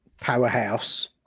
powerhouse